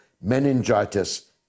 meningitis